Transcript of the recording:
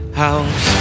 house